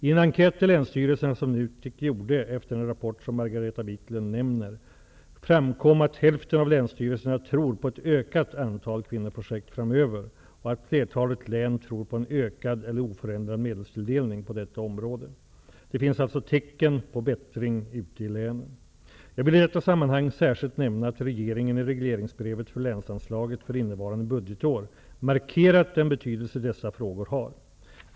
I en enkät till länsstyrelserna som NUTEK gjorde efter den rapport som Margareta Viklund nämner, framkom att hälften av länsstyrelserna tror på ett ökat antal kvinnoprojekt framöver och att flertalet län tror på en ökad eller oförändrad medelstilldelning på detta område. Det finns alltså tecken på bättring ute i länen. Jag vill i detta sammanhang särskilt nämna att regeringen i regleringsbrevet för länsanslaget för innevarande budgetår markerat den betydelse dessa frågor har.